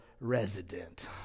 resident